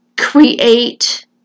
create